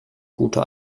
gute